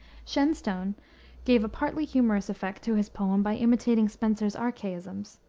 shenstone gave a partly humorous effect to his poem by imitating spenser's archaisms,